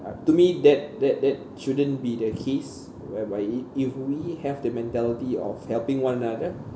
uh to me that that that shouldn't be the case whereby i~ if we have the mentality of helping one another